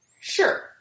Sure